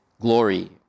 glory